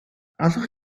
allwch